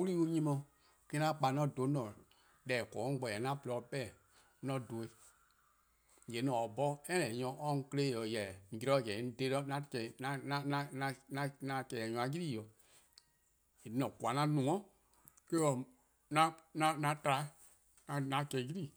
'Wlii 'an 'nyi 'on me-: 'an kpa 'an dhen 'an-a' deh :eh :korn-a 'o bo :eh 'ye 'an :porluh-dih 'pehn-dih 'an dhen-ih. :yee' 'on se 'bhorn any nyor 'ye 'on 'kle 'ye-dih, jorwor: :mor zorn zen :yee' 'on :dhe-dih 'an chehn-dih nyor-a' 'ylii-dih. :yee' 'an :koan: 'an no-a' 'an tba, 'an chehn 'ylii.